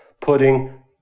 putting